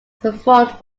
performed